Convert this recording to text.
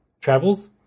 travels